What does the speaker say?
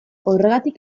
horregatik